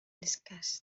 discussed